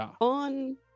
On